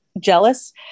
jealous